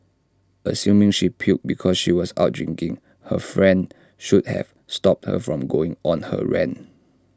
assuming she puked because she was out drinking her friend should have stopped her from going on her rant